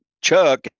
Chuck